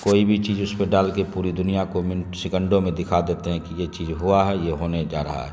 کوئی بھی چیز اس پہ ڈال کے پوری دنیا کو منٹ سکنڈوں میں دکھا دیتے ہیں کہ یہ چیز ہوا ہے یہ ہونے جا رہا ہے